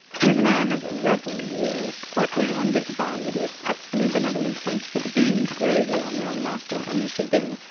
he was a man of reverend years, portly and dignified, with a respectfully benevolent face that beamed gravely on the young master and mr. byng,